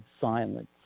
silence